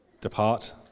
depart